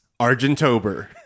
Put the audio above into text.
Argentober